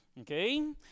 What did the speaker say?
Okay